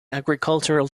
agricultural